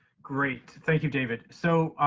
great, thank you david. so,